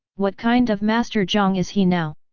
what kind of master jiang is he now?